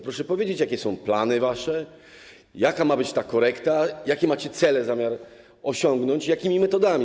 Proszę więc powiedzieć, jakie są plany wasze, jaka ma być ta korekta, jakie cele macie zamiar osiągnąć i jakimi metodami.